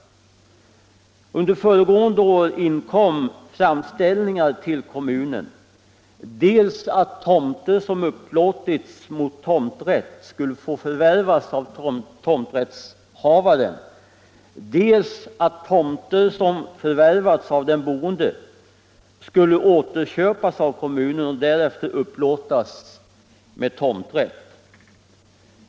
Under föregående år inkom i Linköping framställningar till kommunen, dels om att tomter som upplåtits med tomträtt skulle få förvärvas av tomträttshavaren, dels om att tomter som förvärvats av den boende skulle återköpas av kommunen och därefter upplåtas med tomträtt.